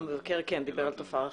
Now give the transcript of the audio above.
כן, המבקר דיבר על תופעה רחבה.